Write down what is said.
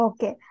Okay